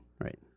right